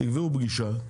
תקבעו פגישה,